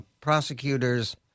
prosecutors